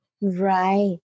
Right